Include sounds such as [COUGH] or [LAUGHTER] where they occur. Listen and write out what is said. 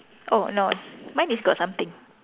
oh no [NOISE] mine is got something